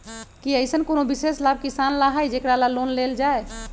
कि अईसन कोनो विशेष लाभ किसान ला हई जेकरा ला लोन लेल जाए?